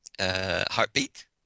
Heartbeat